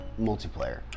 multiplayer